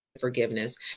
forgiveness